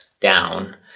down